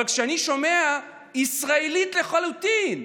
אבל כשאני שומע ישראלית לחלוטין,